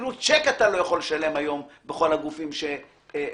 אפילו בצ'ק אתה לא יכול לשלם היום בכל הגופים שמניתי.